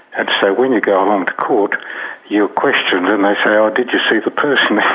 and so when you go along to court you're questioned, and they say, ah did you see the person?